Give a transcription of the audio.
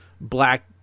black